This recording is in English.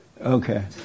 Okay